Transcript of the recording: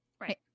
Right